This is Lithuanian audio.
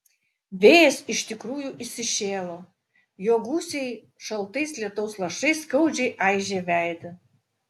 vėjas iš tikrųjų įsišėlo jo gūsiai šaltais lietaus lašais skaudžiai aižė veidą